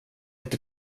inte